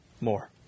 more